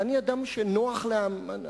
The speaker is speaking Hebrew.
ואני אדם שנוח להאמין,